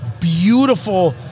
beautiful